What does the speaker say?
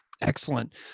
Excellent